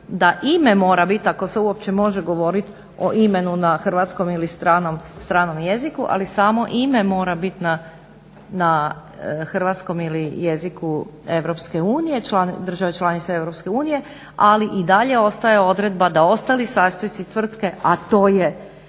da ime mora bit, ako se uopće može govorit o imenu na hrvatskom ili stranom jeziku, ali samo ime mora biti na hrvatskom ili jeziku Europske unije, države članice Europske unije, ali i dalje ostaje odredba da ostali sastojci tvrtke, a to je